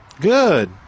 Good